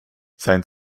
sein